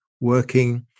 working